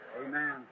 Amen